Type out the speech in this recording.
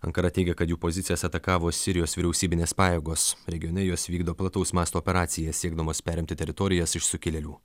ankara teigia kad jų pozicijas atakavo sirijos vyriausybinės pajėgos regione jos vykdo plataus masto operaciją siekdamos perimti teritorijas iš sukilėlių